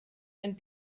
and